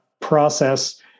process